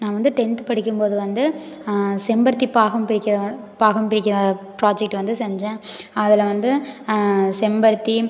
நான் வந்து டென்த்து படிக்கும் போது வந்து செம்பருத்தி பாகம் பிரிக்கிற பாகம் பிரிக்கிற ப்ராஜெக்ட் வந்து செஞ்சேன் அதில் வந்து செம்பருத்தி